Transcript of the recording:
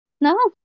No